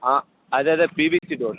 అదే అదే PVC board